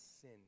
sin